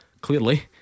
clearly